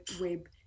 web